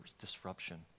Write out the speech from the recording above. disruption